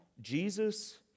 jesus